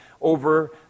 over